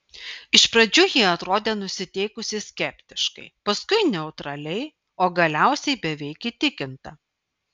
iš pradžių ji atrodė nusiteikusi skeptiškai paskui neutraliai o galiausiai beveik įtikinta